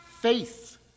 Faith